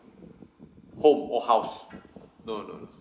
home or house no no no